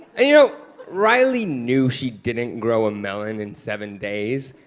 and you know riley knew she didn't grow a melon in seven days,